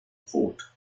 brot